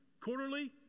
quarterly